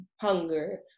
hunger